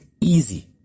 easy